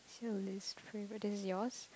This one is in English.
what's your least favourite this is yours